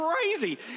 crazy